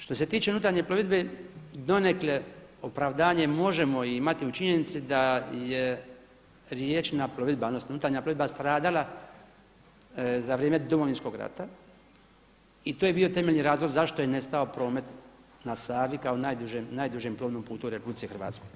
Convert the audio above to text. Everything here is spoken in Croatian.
Što se tiče unutarnje plovidbe donekle opravdanje možemo imati u činjenici da je riječna plovidba, odnosno unutarnja plovidba stradala za vrijeme Domovinskog rata i to je bio temeljni razlog zašto je nestao promet na Savi kao najdužem plovnom putu u RH.